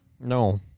No